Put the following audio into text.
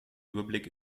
überblick